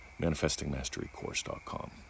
ManifestingMasteryCourse.com